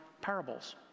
parables